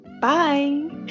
bye